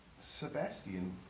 Sebastian